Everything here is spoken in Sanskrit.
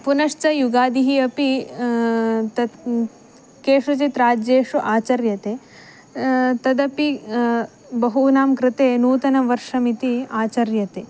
पुनश्च युगादिः अपि तत् केषुचित् राज्येषु आचर्यते तदपि बहूनां कृते नूतनवर्षमिति आचर्यते